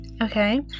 Okay